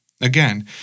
Again